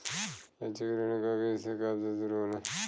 शैक्षिक ऋण क किस्त कब से शुरू होला?